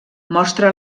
mostra